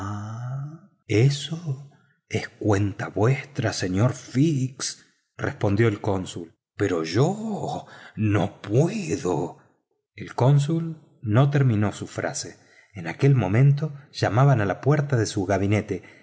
eso es cuenta vuestra señor fix respondió el cónsul pero yo no puedo el cónsul no terminó su frase en aquel momento llamaban a la puerta de su gabinete